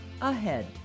ahead